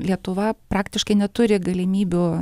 lietuva praktiškai neturi galimybių